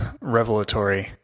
revelatory